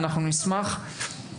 אנחנו נשמח.